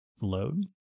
load